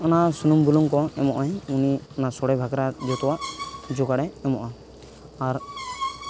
ᱚᱱᱟ ᱥᱩᱱᱩᱢ ᱵᱩᱞᱩᱝᱠᱚ ᱮᱢᱚᱜᱼᱟᱭ ᱩᱱᱤ ᱚᱱᱟ ᱥᱳᱲᱮ ᱵᱟᱠᱷᱨᱟ ᱡᱚᱛᱚᱣᱟᱜ ᱡᱳᱜᱟᱲᱟᱭ ᱮᱢᱚᱜᱼᱟ ᱟᱨ